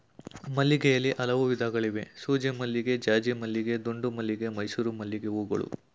ಮಲ್ಲಿಗೆಯಲ್ಲಿ ಹಲವು ವಿಧಗಳಿವೆ ಸೂಜಿಮಲ್ಲಿಗೆ ಜಾಜಿಮಲ್ಲಿಗೆ ದುಂಡುಮಲ್ಲಿಗೆ ಮೈಸೂರು ಮಲ್ಲಿಗೆಹೂಗಳು